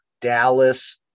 Dallas